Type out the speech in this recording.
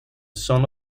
son